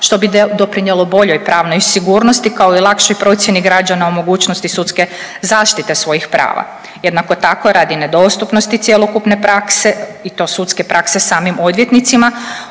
što bi doprinijelo boljoj pravnoj sigurnosti kao i lakšoj procjeni građana o mogućnosti sudske zaštite svojih prava. Jednako tako radi nedostupnosti cjelokupne prakse i to sudske prakse samim odvjetnicima